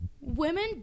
women